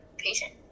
patient